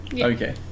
Okay